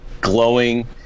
glowing